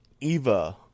Eva